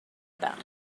about